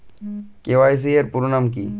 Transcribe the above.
KYC এর পুরোনাম কী?